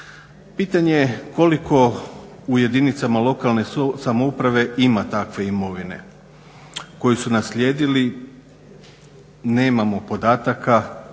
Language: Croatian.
Pitanje koliko u jedinicama lokalne samouprave ima takve imovine koju su naslijedili? Nemamo podataka.